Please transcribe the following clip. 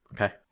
Okay